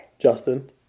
Justin